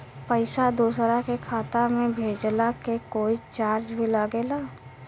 पैसा दोसरा के खाता मे भेजला के कोई चार्ज भी लागेला?